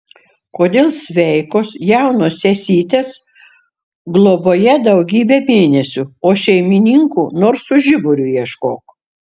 kodėl sveikos jaunos sesytės globoje daugybę mėnesių o šeimininkų nors su žiburiu ieškok